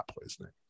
poisoning